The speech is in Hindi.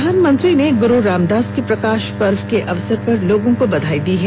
प्रधानमंत्री ने गुरु रामदास के प्रकाश पर्व के अवसर पर लोगों को बधाई दी है